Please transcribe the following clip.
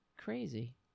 Crazy